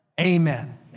Amen